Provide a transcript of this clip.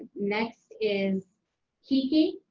next is he he